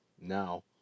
Now